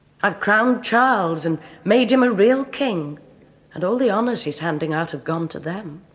i've crowned charles and made him a real king and all the honours he's handing out have gone to them.